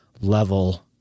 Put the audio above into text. level